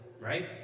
right